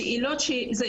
השאלות ששואלים,